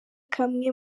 kamwe